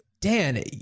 Dan